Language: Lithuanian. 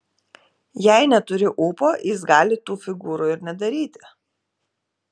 jei neturi ūpo jis gali tų figūrų ir nedaryti